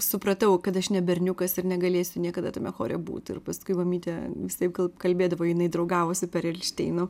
supratau kad aš ne berniukas ir negalėsiu niekada tame chore būti ir paskui mamytė visaip kalbėdavo jinai draugavo su perelšteinu